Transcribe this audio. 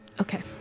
Okay